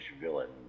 villain